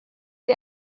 wir